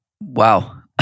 Wow